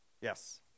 Yes